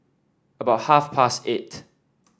about half past eight